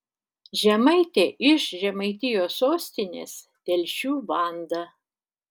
žemaitė iš žemaitijos sostinės telšių vanda